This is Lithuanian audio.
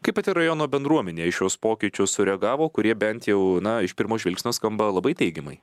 kaip pati rajono bendruomenė į šiuos pokyčius sureagavo kurie bent jau na iš pirmo žvilgsnio skamba labai teigiamai